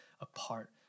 apart